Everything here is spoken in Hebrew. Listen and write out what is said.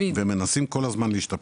ומנסים כל הזמן להשתפר,